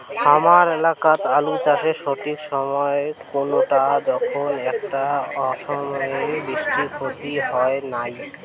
হামার এলাকাত আলু চাষের সঠিক সময় কুনটা যখন এইটা অসময়ের বৃষ্টিত ক্ষতি হবে নাই?